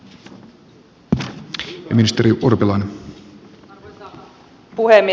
arvoisa puhemies